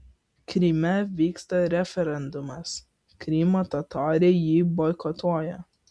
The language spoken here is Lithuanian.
kryme vyksta referendumas krymo totoriai jį boikotuoja